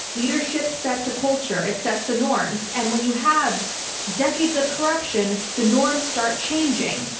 leadership sets a culture. it sets the norms. and when you have decades of corruption, the norms start changing.